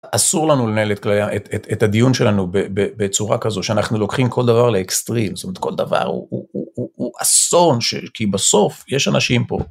אסור לנו לנהל את הדיון שלנו בצורה כזו, שאנחנו לוקחים כל דבר לאקסטרים, זאת אומרת כל דבר הוא אסון, כי בסוף יש אנשים פה.